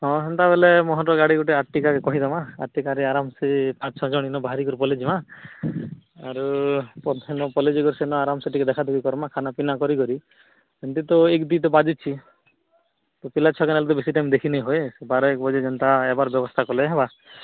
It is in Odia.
ହଁ ଏନ୍ତା ବେଲେ ମୋର ଗାଡ଼ି ଗୋଟେ ଆକ୍ଟିଭା ଆକ୍ଟିଭାରେ ଆରମଶେ ପାଞ୍ଚ ଛଅ ଜଣ ବାହାରି କରି ପଳେଇ ଯିବା ଆରୁ ଆରମଶେ ଟିକେ ଦେଖା ଦେଖି କରମା ଖାନା ପିନା କରି କରି ଏମତି ଏକ ଦିଟା ବାଜୁଛି ପିଲା ଛୁଆ ବ୍ୟବସ୍ଥା କଲେ ହବା